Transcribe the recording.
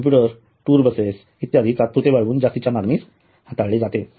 computer tour buses इत्यादी तात्पुरते वाढवून जास्तीच्या मागणीस हाताळले जाते